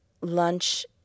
lunch